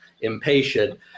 impatient